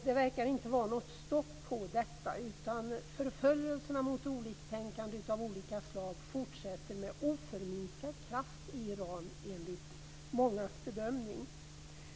Det verkar inte vara något stopp på detta, utan förföljelserna av oliktänkande av olika slag fortsätter med oförminskad kraft i Iran enligt mångas bedömning.